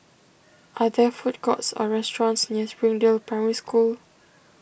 are there food courts or restaurants near Springdale Primary School